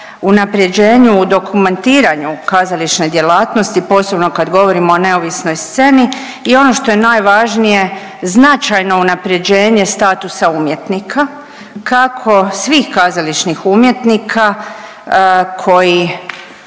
unaprjeđenju u dokumentiranju kazališne djelatnosti, posebno kad govorimo o neovisnoj sceni i ono što je najvažnije, značajno unaprjeđenje statusa umjetnika, kako svih kazališnih umjetnika koji,